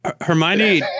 Hermione